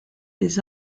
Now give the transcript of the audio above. des